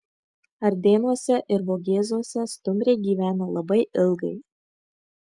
ardėnuose ir vogėzuose stumbrai gyveno labai ilgai